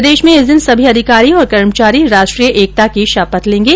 प्रदेश में इस दिन सभी अधिकारी और कर्मचारी राष्ट्रीय एकता की शपथ लेगें